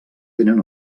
tenen